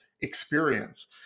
experience